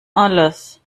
alles